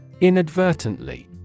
Inadvertently